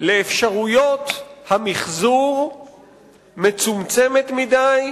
לאפשרויות המיחזור מצומצמת מדי,